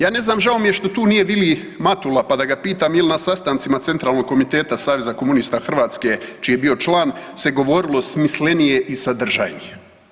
Ja ne znam, žao mi je što tu nije Vili Matula pa da ga pitam je li na sastancima centralnog komiteta saveza komunista Hrvatske čiji je bio član se govorilo smislenije i sadržajnije.